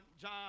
John